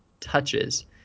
touches